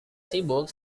sibuk